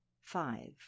Five